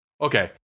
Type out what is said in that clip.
okay